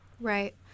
Right